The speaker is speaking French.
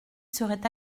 serait